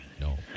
No